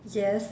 yes